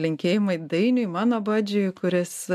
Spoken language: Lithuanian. linkėjimai dainiui mano badžiui kuris